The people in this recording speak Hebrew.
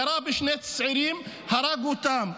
ירה בשני צעירים והרג אותם.